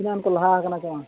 ᱛᱤᱱᱟᱹᱜ ᱠᱚ ᱞᱟᱦᱟ ᱠᱟᱱᱟ ᱥᱮ ᱵᱟᱝ